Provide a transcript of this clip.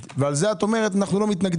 ועל זה את אומרת אנו לא מתנגדים.